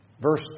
Verse